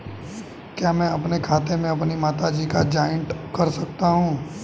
क्या मैं अपने खाते में अपनी माता जी को जॉइंट कर सकता हूँ?